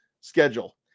schedule